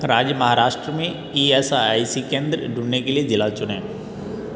राज्य महाराष्ट्र में E S I C केंद्र ढूँढने के लिए ज़िला चुनें